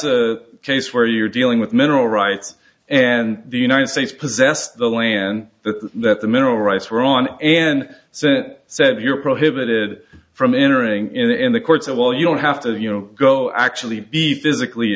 a case where you're dealing with mineral rights and the united states possess the land that that the mineral rights were on and so that said you're prohibited from entering in the courts and well you don't have to you know go actually be physically